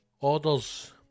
orders